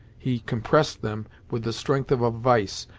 he compressed them with the strength of a vice,